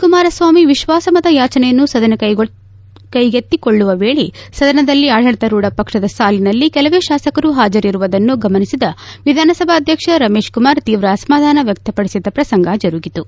ಕುಮಾರಸ್ವಾಮಿ ವಿಶ್ವಾಸಮತ ಯಾಚನೆಯನ್ನು ಸದನ ಕೈಗೆತ್ತಿಕೊಳ್ಳುವ ವೇಳೆ ಸದನದಲ್ಲಿ ಆಡಳಿತಾರೂಢ ಪಕ್ಷದ ಸಾಲಿನಲ್ಲಿ ಕೆಲವೇ ಶಾಸಕರು ಹಾಜರಿರುವುದನ್ನು ಗಮನಿಸಿದ ವಿಧಾನಸಭಾಧ್ಯಕ್ಷ ರಮೇಶ್ ಕುಮಾರ್ ತೀವ್ರ ಅಸಮಾಧಾನ ವ್ಯಕ್ತಪಡಿಸಿದ ಪ್ರಸಂಗ ಜರುಗಿತು